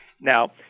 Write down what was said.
Now